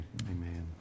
amen